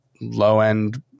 low-end